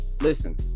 listen